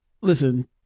listen